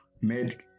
made